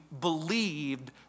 believed